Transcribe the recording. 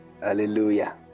hallelujah